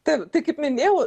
taip tai kaip minėjau